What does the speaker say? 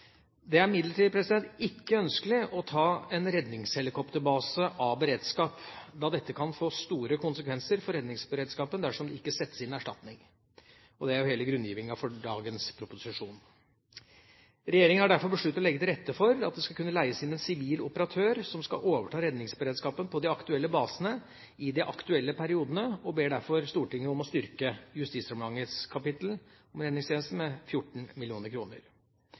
Det er imidlertid ikke ønskelig å ta en redningshelikopterbase av beredskap, da dette kan få store konsekvenser for redningsberedskapen dersom det ikke settes inn en erstatning. Det er jo hele grunngivningen for dagens proposisjon. Regjeringa har derfor besluttet å legge til rette for at det skal kunne leies inn en sivil operatør som skal overta redningsberedskapen på de aktuelle basene i de aktuelle periodene, og ber derfor Stortinget om å styrke Justisdepartementets kap. 455 Redningstjenesten med 14